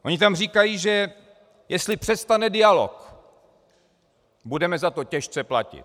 Oni tam říkají, že jestli přestane dialog, budeme za to těžce platit.